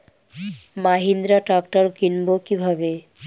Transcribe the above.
Mahindra tractor কিনবো কি ভাবে?